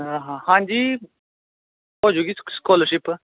ਹਾਂ ਹਾਂ ਹਾਂਜੀ ਹੋ ਜੂਗੀ ਸਕੋ ਸਕੋਲਰਸ਼ਿਪ